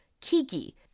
Kiki